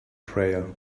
prayer